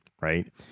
right